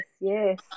Yes